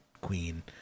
Queen